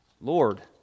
Lord